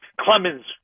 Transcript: Clemens